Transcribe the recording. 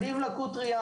ילדים עם לקות ראייה,